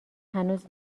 هنوز